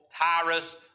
Tyrus